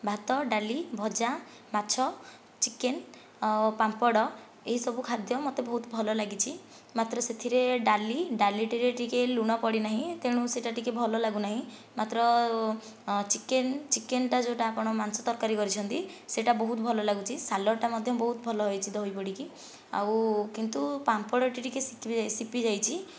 ଭାତ ଡାଲି ଭଜା ମାଛ ଚିକେନ ଆଉ ପାମ୍ପଡ଼ ଏହି ସବୁ ଖାଦ୍ୟ ମୋତେ ବହୁତ ଭଲ ଲାଗିଛି ମାତ୍ର ସେହିଥିରେ ଡାଲି ଡାଲିଟିରେ ଟିକେ ଲୁଣ ପଡ଼ିନାହିଁ ତେଣୁ ସେହିଟା ଟିକେ ଭଲ ଲାଗୁ ନାହିଁ ମାତ୍ର ଚିକେନ ଚିକେନଟା ଯେଉଁଟା ଆପଣ ମାଂସ ତରକାରି କରିଛନ୍ତି ସେହିଟା ବହୁତ ଭଲ ଲାଗୁଛି ସାଲାଡ଼ ଭି ବହୁତ ଭଲ ହୋଇଛି ଦହି ପଡ଼ିକି ଆଉ କିନ୍ତୁ ପାମ୍ପଡ଼ଟି ଟିକେ ସିକେ ସିପି ଯାଇଛି